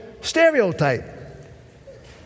stereotype